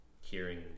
hearing